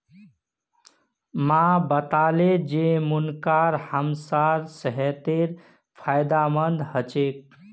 माँ बताले जे मुनक्का हमसार सेहतेर फायदेमंद ह छेक